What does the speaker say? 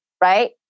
right